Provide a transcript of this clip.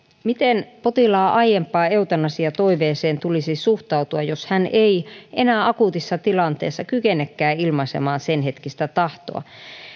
miten potilaan aiempaan eutanasiatoiveeseen tulisi suhtautua jos hän ei enää akuutissa tilanteessa kykenekään ilmaisemaan senhetkistä tahtoa